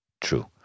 true